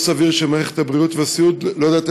לא סביר שמערכת הבריאות והסיעוד לא יודעת